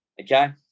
Okay